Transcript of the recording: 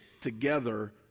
together